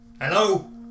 Hello